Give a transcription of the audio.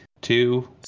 two